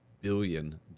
billion